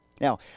Now